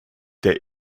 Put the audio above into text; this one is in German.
der